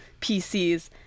PCs